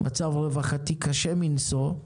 מצב רווחתי קשה מנשוא,